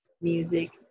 Music